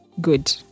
good